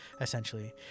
essentially